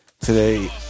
Today